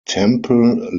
temple